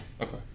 Okay